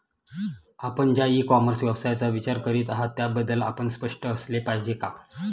आपण ज्या e commerce व्यवसायाचा विचार करीत आहात त्याबद्दल आपण स्पष्ट असले पाहिजे का?